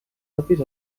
propis